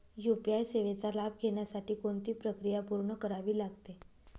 UPI सेवेचा लाभ घेण्यासाठी कोणती प्रक्रिया पूर्ण करावी लागते?